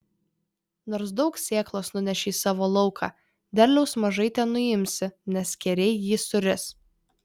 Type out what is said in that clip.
nors daug sėklos nuneši į savo lauką derliaus mažai tenuimsi nes skėriai jį suris